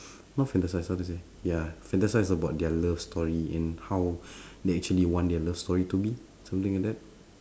not fantasise how to say ya fantasise about their love story and how they actually want their love story to be something like that